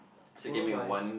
follow by